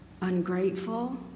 ungrateful